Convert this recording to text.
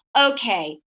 Okay